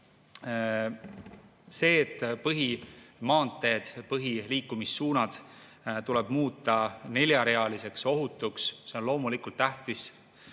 See, et põhimaanteed, põhiliikumissuunad tuleb muuta neljarealiseks ja ohutuks, on loomulikult tähtis.